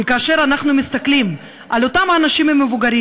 כי כאשר אנחנו מסתכלים על אותם אנשים מבוגרים